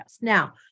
Now